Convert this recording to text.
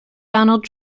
donald